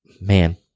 man